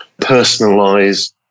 personalized